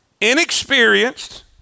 Inexperienced